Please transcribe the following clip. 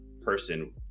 person